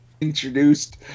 introduced